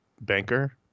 Banker